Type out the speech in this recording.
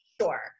Sure